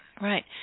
right